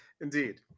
Indeed